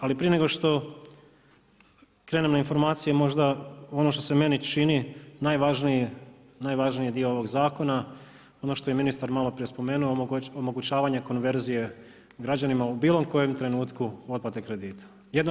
Ali prije nego što krenemo na informacije, možda ono što se meni čini najvažniji dio ovog zakona ono što je ministar malo prije spomenuo omogućavanja konverzije građanima u bilo kojem trenutku otplate kredita.